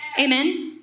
Amen